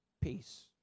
peace